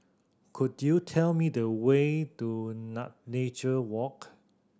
could you tell me the way to Nature Walk